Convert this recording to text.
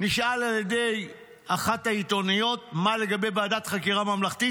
כשנשאל על ידי אחת העיתונאיות מה לגבי ועדת חקירה ממלכתית,